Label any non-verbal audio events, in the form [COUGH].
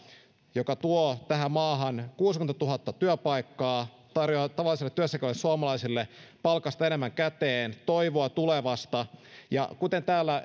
joka tuo tähän maahan kuusikymmentätuhatta työpaikkaa tarjoaa tavalliselle työssä käyvälle suomalaiselle palkasta enemmän käteen toivoa tulevasta ja kuten täällä [UNINTELLIGIBLE]